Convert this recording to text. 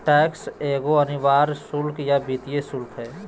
tax एगो अनिवार्य शुल्क या वित्तीय शुल्क हइ